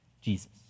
Jesus